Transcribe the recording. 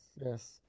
yes